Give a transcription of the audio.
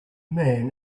man